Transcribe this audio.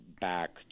back